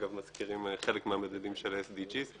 אגב, מזכירים חלק מהמדדים של ה-SDGs.